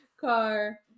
car